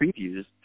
previews